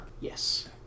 Yes